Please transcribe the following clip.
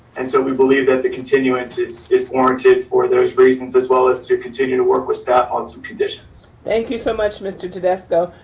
and so we believe that the continuance is warranted for those reasons, as well as to continue to work with staff on some traditions. thank you so much, mr. tedesco.